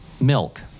milk